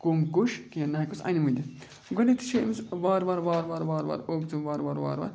کوٚم کوٚش کینٛہہ نہ ہٮ۪کہوس اَنِمہٕ دِنِتھ گۄڈنٮ۪تھٕے چھِ أمِس وارٕ وارٕ وارٕ وارٕ وارٕ وارٕ اوٚبژوٚم وارٕ وارٕ وارٕ وارٕ